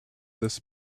this